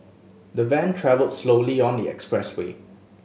the van travelled slowly on the expressway